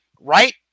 Right